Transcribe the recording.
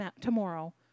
tomorrow